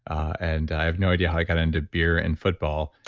and i have no idea how i got into beer and football